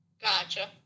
Gotcha